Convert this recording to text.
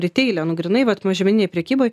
riteile nu grynai vat mažmeninėj prekyboj